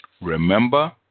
Remember